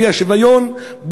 לפי השוויון,